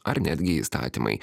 ar netgi įstatymai